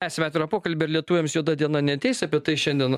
tęsiam atvirą pokalbį ar lietuviams juoda diena neateis apie tai šiandien